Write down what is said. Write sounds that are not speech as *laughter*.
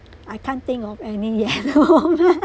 I can't think of any at the moment *laughs*